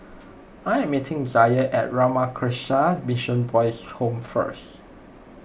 I am meeting Zaire at Ramakrishna Mission Boys' Home first